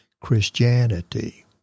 Christianity